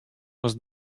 was